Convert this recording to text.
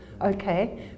okay